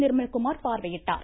நிர்மல்குமார் பார்வையிட்டார்